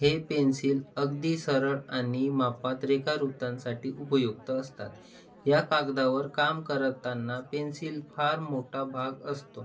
हे पेन्सिल अगदी सरळ आणि मापात रेखुवृत्तांसाठी उपयुक्त असतात या कागदावर काम करततांना पेन्सिल फार मोठा भाग असतो